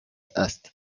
است